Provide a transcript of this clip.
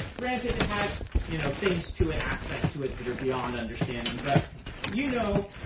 granted, it has you know things to it, aspects to it that are beyond understanding. but you know